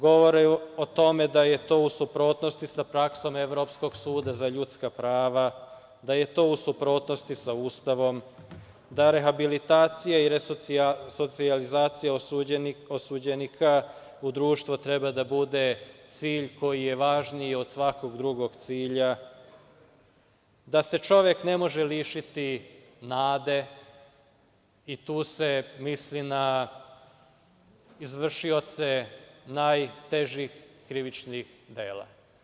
Govore o tome da je to u suprotnosti sa praksom Evropskog suda za ljudska prava, da je to u suprotnosti sa Ustavom, da rehabilitacija i resocijalizacija osuđenika u društvo treba da bude cilj koji je važniji od svakog drugog cilja, da se čovek ne može lišiti nade i tu se misli na izvršioce najtežih krivičnih dela.